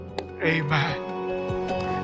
Amen